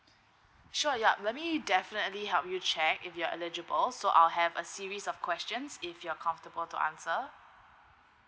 sure yup let me definitely help you check if you're eligible so I'll have a series of questions if you're comfortable to answer